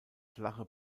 flache